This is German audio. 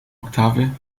oktave